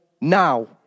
now